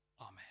Amen